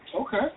Okay